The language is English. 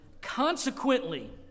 Consequently